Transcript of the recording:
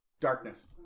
Darkness